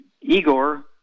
Igor